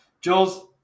Jules